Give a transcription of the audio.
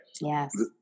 Yes